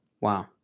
Wow